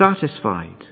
satisfied